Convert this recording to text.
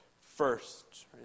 First